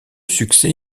succès